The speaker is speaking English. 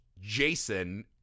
Jason